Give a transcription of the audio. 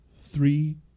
three